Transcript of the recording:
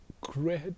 great